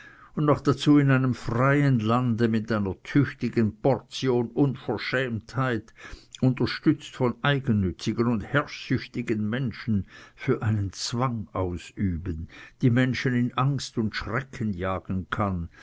und noch dazu in einem freien lande mit einer tüchtigen portion unverschämtheit unterstützt von eigennützigen und herrschsüchtigen menschen für einen zwang ausüben die menschen in angst und schrecken jagen kann